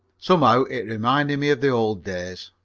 somehow it reminded me of the old days.